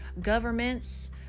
governments